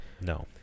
no